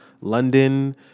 London